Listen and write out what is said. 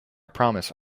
promise